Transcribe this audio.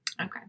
Okay